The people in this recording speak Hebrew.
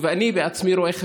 ואני בעצמי רואה,